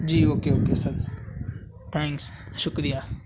جی okay okay sir thanks شکریہ